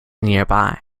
nearby